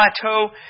plateau